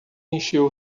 encheu